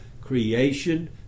creation